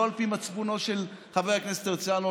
לא על פי מצפונו של חבר הכנסת הרצנו,